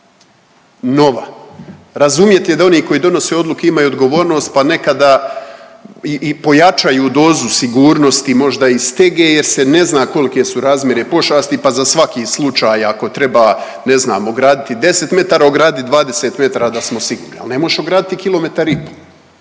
nova. Razumjeti je da oni koji donose odluke imaju odgovornost, pa nekada i pojačaju dozu sigurnosti možda i stege, jer se ne zna kolike su razmjere pošasti, pa za svaki slučaj ako treba ne znam ograditi 10 m ograditi 20 m da smo sigurni. Ali ne možeš ograditi kilometar i pol,